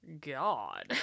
God